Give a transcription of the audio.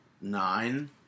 nine